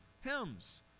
hymns